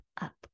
up